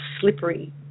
slippery